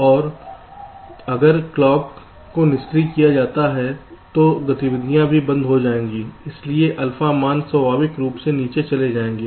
तो अगर क्लॉक को निष्क्रिय किया जा सकता है तो गतिविधियां भी बंद हो जाएंगी इसलिए अल्फा मान स्वाभाविक रूप से नीचे चले जाएंगे